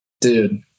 dude